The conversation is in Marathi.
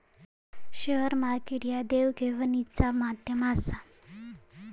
शेअर मार्केट ह्या देवघेवीचा माध्यम आसा